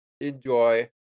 enjoy